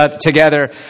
together